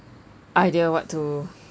idea what to